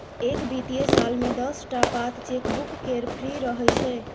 एक बित्तीय साल मे दस टा पात चेकबुक केर फ्री रहय छै